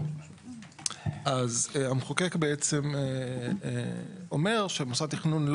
אז המחוקק בעצם אומר שמוסד התכנון,